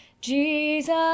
Jesus